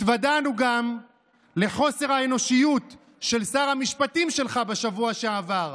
התוודענו גם לחוסר האנושיות של שר המשפטים שלך בשבוע שעבר,